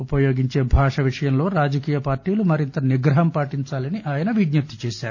ఉపయోగించే భాష విషయంలో రాజీకీయ పార్టీల నాయకులు మరింత నిగ్రహం పాటించాలని ఆయన విజ్ఞప్తి చేశారు